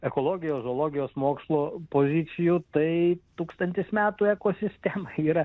ekologijos zoologijos mokslo pozicijų tai tūkstantis metų ekosistemai yra